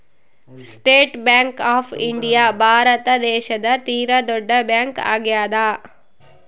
state bank of India Bharat ದೇಶದ ತೀರ ದೊಡ್ಡ ಬ್ಯಾಂಕ್ ಆಗ್ಯಾದ